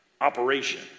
operation